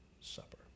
Supper